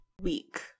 week